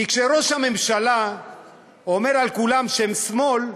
כי כשראש הממשלה אומר על כולם שהם שמאל,